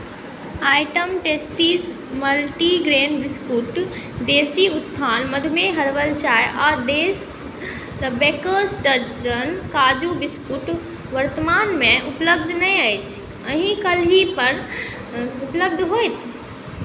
item Tasties multigrain biscuit देशी उत्थान मधुमेह हर्बल चाय आ देश बेकर्स काजू बिस्कुट वर्तमानमे उपलब्ध नहि अछि एहि कल्हि पर उपलब्ध होयत